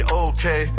okay